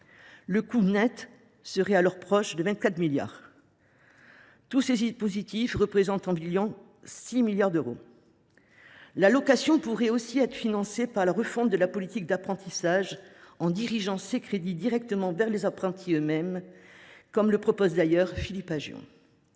Le coût net serait donc proche de 24 milliards d’euros ; en effet, tous ces dispositifs représentent 6 milliards d’euros. L’allocation pourrait aussi être financée par la refonte de la politique d’apprentissage, en dirigeant les crédits directement vers les apprentis, comme le propose d’ailleurs Philippe Aghion.